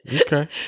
Okay